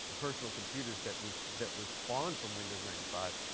personal computers, that was that was spawned from windows ninety five,